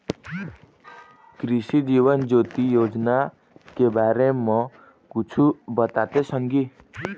कृसि जीवन ज्योति योजना के बारे म कुछु बताते संगी